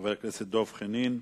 לחבר הכנסת דב חנין.